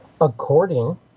according